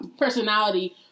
personality